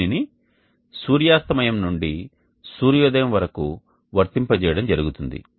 దీనిని సూర్యాస్తమయం నుండి సూర్యోదయం వరకు వర్తింప చేయడం జరుగుతుంది